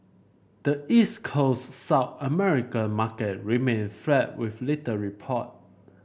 the East Coast South American market remained flat with little report